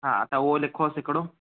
हा त उहो लिखोसि हिकिड़ो